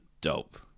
dope